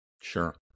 Sure